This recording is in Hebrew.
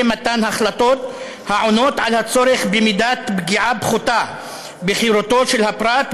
מתן החלטות העונות על הצורך במידת פגיעה פחותה בחירותו של הפרט,